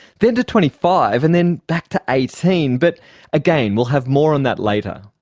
then to twenty five and then back to eighteen, but again, we'll have more on that later.